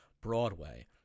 Broadway